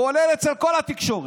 כולל אצל כל התקשורת.